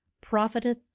profiteth